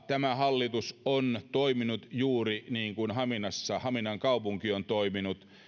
tämä hallitus on toiminut juuri niin kuin haminan kaupunki on toiminut